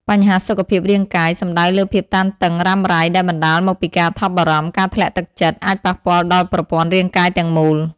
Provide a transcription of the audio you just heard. បញ្ហាសុខភាពរាងកាយ សំដៅលើភាពតានតឹងរ៉ាំរ៉ៃដែលបណ្តាលមកពីការថប់បារម្ភ និងការធ្លាក់ទឹកចិត្ត អាចប៉ះពាល់ដល់ប្រព័ន្ធរាងកាយទាំងមូល។